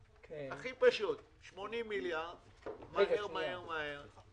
הכי פשוט 80 מיליארד, מהר מהר.